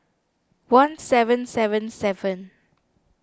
one seven seven seven